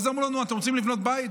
אז אמרו לנו: אתם רוצים לבנות בית?